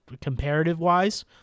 comparative-wise